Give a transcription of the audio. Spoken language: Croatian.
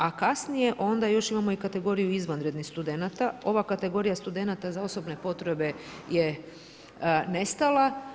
A kasnije onda još imamo i kategoriju izvanrednih studenata, ova kategorija studenata za osobne potrebe je nestala.